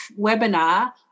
webinar